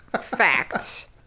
fact